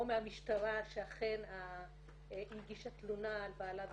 או מהמשטרה שאכן הגישה תלונה על בעלה וכולי.